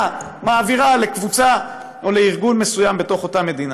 מעבירה לקבוצה או לארגון מסוים בתוך אותה מדינה.